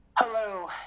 Hello